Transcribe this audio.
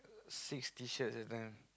six T-shirts that time